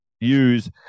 use